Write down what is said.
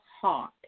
heart